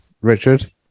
Richard